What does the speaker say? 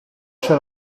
shall